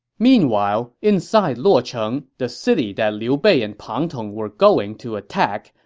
meanwhile, inside luocheng, the city that liu bei and pang tong were going to attack,